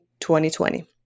2020